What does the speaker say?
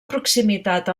proximitat